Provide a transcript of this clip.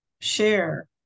share